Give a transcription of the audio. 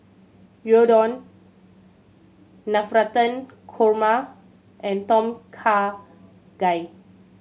Gyudon Navratan Korma and Tom Kha Gai